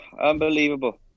unbelievable